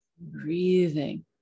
breathing